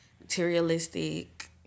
materialistic